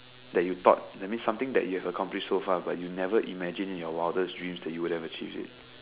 that you thought that means something that you have accomplish so far but you never imagine in your wildest dream that you would have achieved it